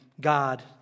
God